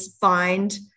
find